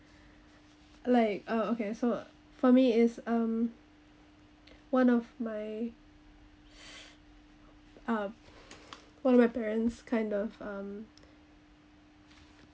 like uh okay so for me is um one of my uh one of my parents kind of um